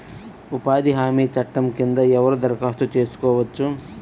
ఉపాధి హామీ చట్టం కింద ఎవరు దరఖాస్తు చేసుకోవచ్చు?